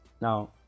now